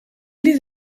liet